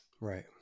Right